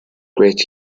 great